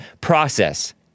process